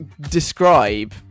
describe